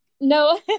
No